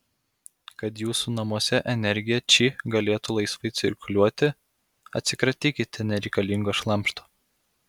kad jūsų namuose energija či galėtų laisvai cirkuliuoti atsikratykite nereikalingo šlamšto